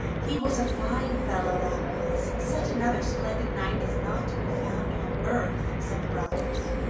he was a fine fellow, that was! such another splendid knight is not to be found on earth! said the brothers.